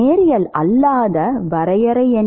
நேரியல் அல்லாத வரையறை என்ன